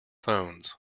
phones